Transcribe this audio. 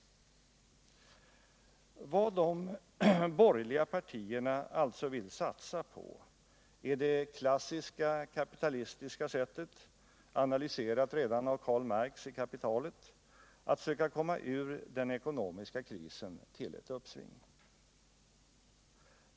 Vad de borgerliga partierna alltså vill satsa på är det klassiska kapitalistiska sättet, analyserat redan av Karl Marx i Kapitalet, att söka komma ur den ekonomiska krisen till ett uppsving.